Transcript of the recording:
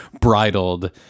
bridled